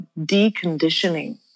deconditioning